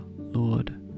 Lord